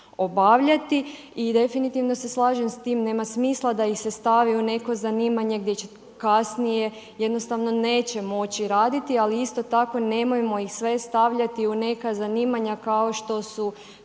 obavljati. I definitivno se slažem s time, nema smisla da ih se stavi u neko zanimanje gdje će kasnije, jednostavno neće moći raditi ali isto tako nemojmo ih sve stavljati u neka zanimanja kao što su,